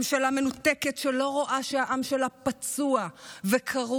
ממשלה מנותקת, שלא רואה שהעם שלה פצוע וקרוע,